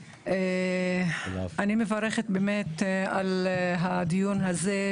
אני מברכת באמת על הדיון הזה,